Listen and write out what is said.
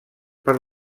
per